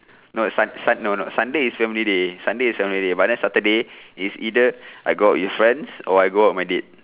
no sun sun no no sunday is family day sunday is family day but then saturday is either I go out with friends or I go out my date